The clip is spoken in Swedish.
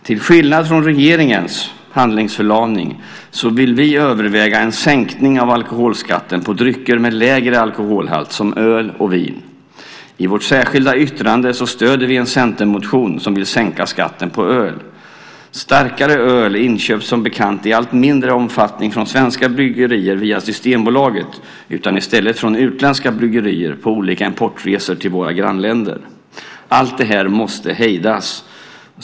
Till skillnad från regeringens handlingsförlamning vill vi överväga en sänkning av alkoholskatten på drycker med lägre alkoholhalt som öl och vin. I vårt särskilda yttrande stöder vi en centermotion med förslag om sänkning av skatt på öl. Starkare öl inköps, som bekant, i allt mindre omfattning från svenska bryggerier via Systembolaget utan köps i stället från utländska bryggerier på olika importresor till våra grannländer. Allt det här måste hejdas.